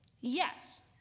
Yes